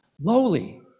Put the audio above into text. lowly